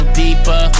deeper